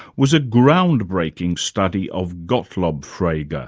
was a groundbreaking study of gottlob frege, and